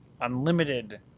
Unlimited